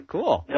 Cool